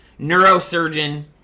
neurosurgeon